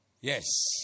yes